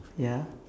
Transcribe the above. ya